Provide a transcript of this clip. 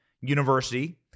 university